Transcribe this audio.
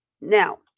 Now